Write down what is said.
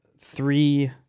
three